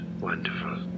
wonderful